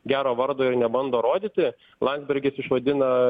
gero vardo ir nebando rodyti landsbergis išvadina